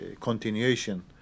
continuation